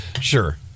Sure